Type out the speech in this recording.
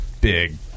big